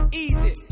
easy